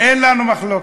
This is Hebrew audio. אין לנו מחלוקת.